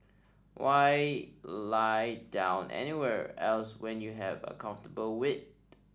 why lie down anywhere else when you have a comfortable wed